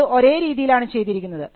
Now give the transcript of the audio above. അത് ഒരേ രീതിയിലാണ് ചെയ്തിരിക്കുന്നത്